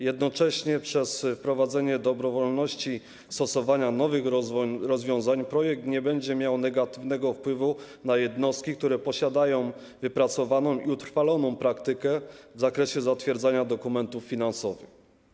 Jednocześnie przez wprowadzenie dobrowolności stosowania nowych rozwiązań projekt nie będzie miał negatywnego wpływu na jednostki, które posiadają wypracowaną i utrwaloną praktykę w zakresie zatwierdzania dokumentów finansowych.